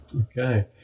Okay